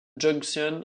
junction